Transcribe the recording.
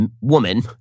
woman